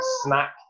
snack